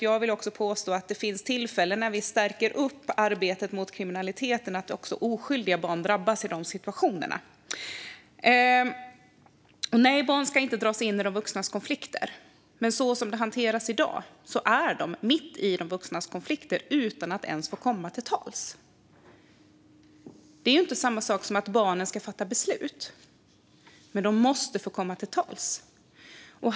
Jag vill påstå att det finns situationer när vi stärker arbetet mot kriminaliteten då också oskyldiga barn drabbas. Nej, barn ska inte dras in i de vuxnas konflikter. Men så som det hanteras i dag är barnen mitt i de vuxnas konflikter utan att ens få komma till tals. Det är inte samma sak som att barnen ska fatta beslut, men de måste få komma till tals.